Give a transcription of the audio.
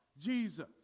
Jesus